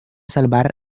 salvar